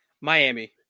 Miami